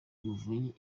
muvunyi